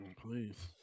Please